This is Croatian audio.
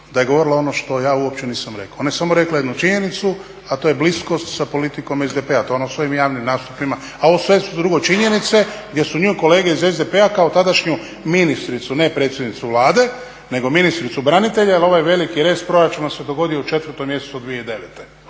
da je govorila ono što ja uopće nisam rekao. Ona je samo rekla jednu činjenicu, a to je bliskost sa politikom SDP-a. To je ona u svojim javnim nastupima, a ovo sve su drugo činjenice gdje su nju kolege iz SDP-a kao tadašnju ministricu, ne predsjednicu Vlade, nego ministricu branitelja jer ovaj veliki rez proračuna se dogodio u 4. mjesecu 2009.